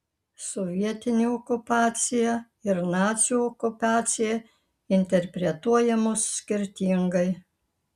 sovietinė okupacija ir nacių okupacija interpretuojamos skirtingai